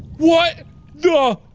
what the